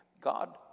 God